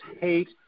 hate